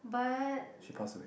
but